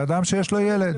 הילדים האלה הם חשובים.